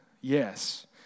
Yes